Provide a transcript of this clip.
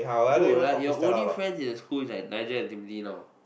bro like your only friends in the school is like Nigel and Timothy now